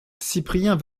cyprien